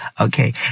Okay